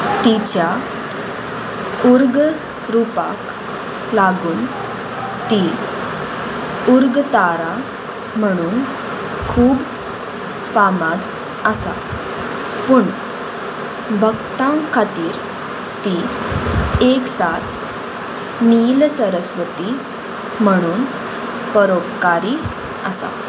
तिच्या उर्ग रुपाक लागून ती उर्ग तारा म्हणून खूब फामाद आसा पूण भक्तां खातीर ती एक सात नील सरस्वती म्हणून परोपकारी आसा